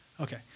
Okay